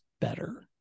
better